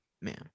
man